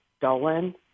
Dolan